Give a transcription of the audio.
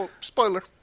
Spoiler